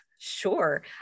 Sure